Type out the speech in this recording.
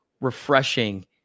refreshing